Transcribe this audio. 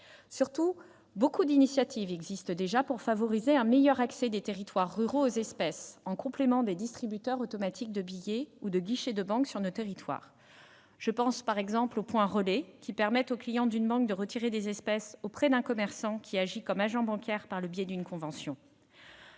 Surtout, de nombreuses initiatives existent déjà pour favoriser un meilleur accès des territoires ruraux aux espèces, en complément des distributeurs automatiques de billets ou des guichets de banque sur nos territoires. Je pense, par exemple, aux points relais, qui permettent aux clients d'une banque de retirer des espèces auprès d'un commerçant, lequel agit comme agent bancaire par le biais d'une convention.